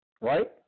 right